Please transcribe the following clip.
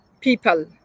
people